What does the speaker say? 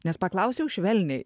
nes paklausiau švelniai